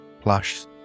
plush